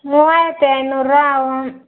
மூவாயிரத்தி ஐந்நூறுபா ஆகும்